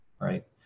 right